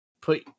put